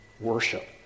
worship